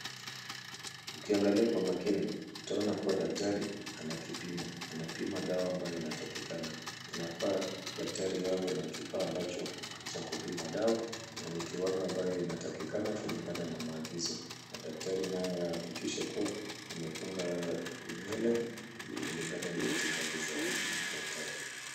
Ukiangalia kwa makini utaona kuwa daktari ana kipimo. Anapima dawa ambayo inatakikana. Inafaa daktari awe na kifaa ambacho ni cha kupima dawa na ni kiwango ambacho kinatakikana kulingana na maagizo na daktari naye ahakikishe kuwa amefunga nywele, kulingana na itikadi za daktari.